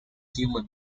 human